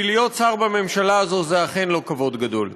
כי להיות שר בממשלה הזאת זה אכן לא כבוד גדול.